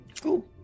Cool